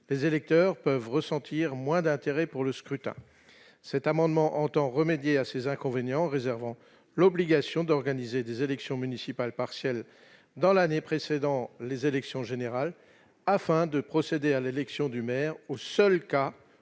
les électeurs peuvent ressentir moins d'intérêt pour le scrutin, cet amendement entend remédier à ces inconvénients, réservant l'obligation d'organiser des élections municipales partielles dans l'année précédant les élections générales afin de procéder à l'élection du maire au seul cas